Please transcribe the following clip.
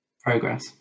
progress